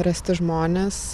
rasti žmones